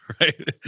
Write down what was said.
right